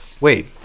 Wait